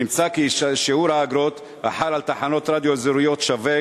נמצא כי שיעור האגרות החל על תחנות רדיו אזוריות שווה